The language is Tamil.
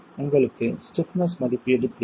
உங்களுக்கு ஸ்டிப்னஸ் மதிப்பீடு தேவை